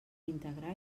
integrar